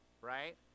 right